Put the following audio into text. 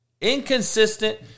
inconsistent